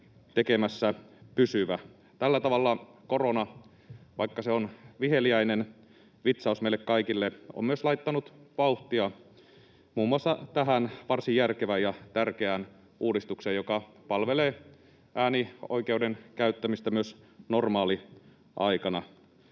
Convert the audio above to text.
tekemässä pysyvä. Tällä tavalla korona, vaikka se on viheliäinen vitsaus meille kaikille, on myös laittanut vauhtia muun muassa tähän varsin järkevään ja tärkeään uudistukseen, joka palvelee äänioikeuden käyttämistä myös normaaliaikana.